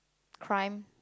crime